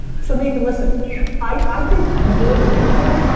so, nathan listen. yeah. i think more than anything,